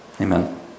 Amen